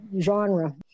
genre